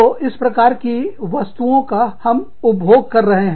तो इस प्रकार की वस्तुओं का सभी उपभोग कर रहे हैं